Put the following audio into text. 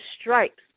stripes